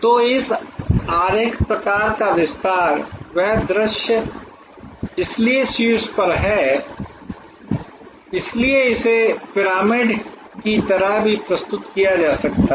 तो इस आरेख प्रकार का विस्तार वह दृश्य इसलिए शीर्ष पर है इसलिए इसे पिरामिड की तरह भी प्रस्तुत किया जा सकता है